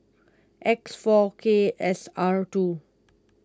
X four K S R two